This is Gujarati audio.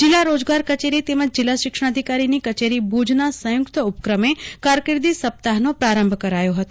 જીલ્લા રોજગાર કચેરી તેમજ જીલ્લા શિક્ષણાધિકારીની કચેરી ભુજ ના સંયુક્ત ઉપક્રમે કારકિર્દી સપ્તાહનો પ્રારંભ કરાયો હતો